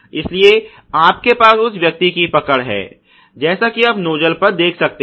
इसलिए आपके पास उस व्यक्ति की पकड़ है जैसा कि आप नोज्जल पर देख सकते हैं